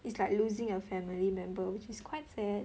it's like losing a family member which is quite sad